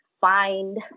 find